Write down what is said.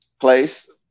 place